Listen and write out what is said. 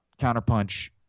Counterpunch